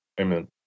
Amen